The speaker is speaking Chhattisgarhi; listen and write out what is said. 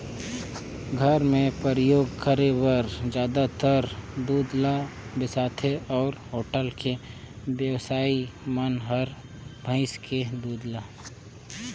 घर मे परियोग करे बर जादातर दूद ल बेसाथे अउ होटल के बेवसाइ मन हर भइसी के दूद ल